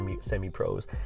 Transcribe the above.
semi-pros